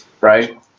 Right